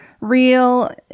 real